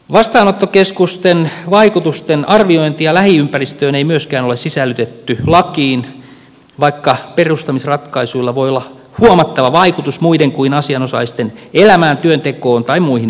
vastaanottokeskusten vaikutusten arviointia lähiympäristöön ei myöskään ole sisällytetty lakiin vaikka perustamisratkaisuilla voi olla huomattava vaikutus muiden kuin asianosaisten elämään työntekoon tai muihin oloihin